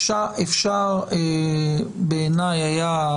אפשר בעיניי היה,